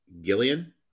Gillian